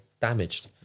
damaged